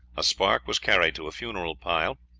a spark was carried to a funeral pile,